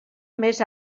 més